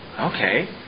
okay